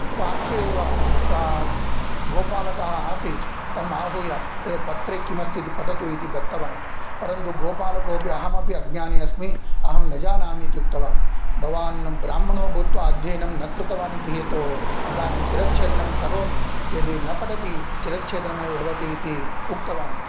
पार्श्वे एव स गोपालकः आसीत् तम् आहूय एतद् पत्रे किमस्तीति पठतु इति दत्तवान् परन्तु गोपालकोपि अहमपि अज्ञानी अस्मि अहं न जानामि इत्युक्तवान् भवान् ब्राह्मणो भूत्वा अध्ययनं न कृतवान् इति हेतोः इदानीं शिरच्छेदनं करोमि यदि न पठति शिरच्छेदनमेव भवति इति उक्तवान्